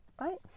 Right